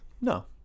No